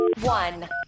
one